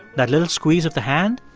that little squeeze of the hand.